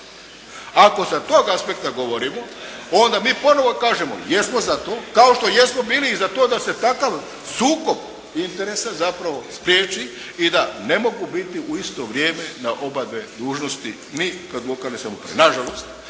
Ako sa tog aspekta govorimo onda mi ponovno kažemo jesmo za to, kao što jesmo bili i zato da se takav sukob interesa zapravo spriječi i da ne mogu biti u isto vrijeme na obadve dužnosti ni kod lokalne samouprave. Nažalost,